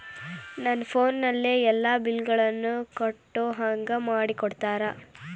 ನನ್ನ ಫೋನಿನಲ್ಲೇ ಎಲ್ಲಾ ಬಿಲ್ಲುಗಳನ್ನೂ ಕಟ್ಟೋ ಹಂಗ ಮಾಡಿಕೊಡ್ತೇರಾ?